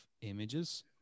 images